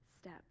step